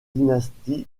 dynastie